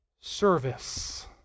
service